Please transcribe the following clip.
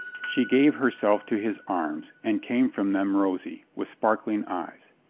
she gave herself to his arms and came from them rosy, with sparkling eyes.